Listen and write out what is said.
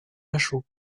lachaud